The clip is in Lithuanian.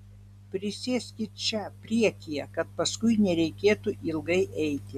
prisėskit čia priekyje kad paskui nereikėtų ilgai eiti